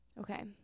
Okay